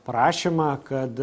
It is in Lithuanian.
prašymą kad